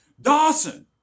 Dawson